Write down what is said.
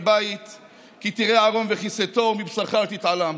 בית כי תראה ערם וכסיתו ומבשרך לא תתעלם".